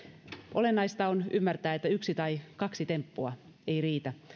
olennaista on ymmärtää että yksi tai kaksi temppua ei riitä